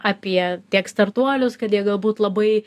apie tiek startuolius kad jie galbūt labai